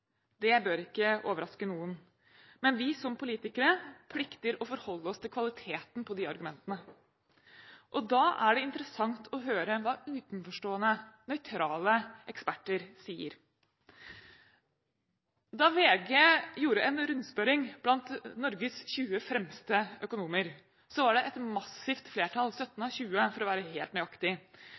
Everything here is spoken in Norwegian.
hvorfor, bør ikke overraske noen. Men vi som politikere plikter å forholde oss til kvaliteten på de argumentene, og da er det interessant å høre hva utenforstående, nøytrale eksperter sier. Da VG gjorde en rundspørring blant Norges 20 fremste økonomer, var det et massivt flertall, 17 av 20 for å være helt nøyaktig,